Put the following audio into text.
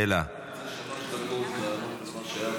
אם אפשר, שלוש דקות לענות על מה שהיה פה.